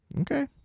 Okay